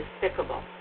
despicable